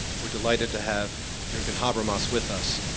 we're delighted to have jurgen habermas with us.